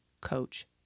Coach